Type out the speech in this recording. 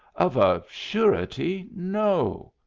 of a surety, no!